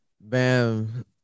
bam